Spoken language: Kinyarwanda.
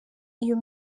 iyo